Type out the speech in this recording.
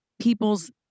people's